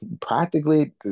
practically